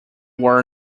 were